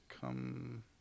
come